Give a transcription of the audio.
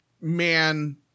man